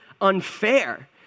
unfair